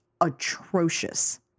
atrocious